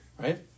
Right